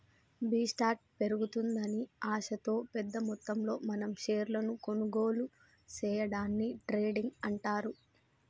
B స్టార్ట్ పెరుగుతుందని ఆశతో పెద్ద మొత్తంలో మనం షేర్లను కొనుగోలు సేయడాన్ని ట్రేడింగ్ అంటారు